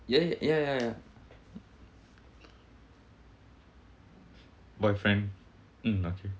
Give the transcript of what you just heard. ya ya ya ya boyfriend mm okay